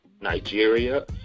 Nigeria